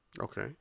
Okay